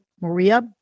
Maria